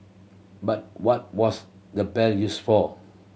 but what was the bell used for